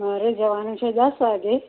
મારે જવાનું છે દસ વાગે